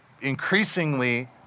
increasingly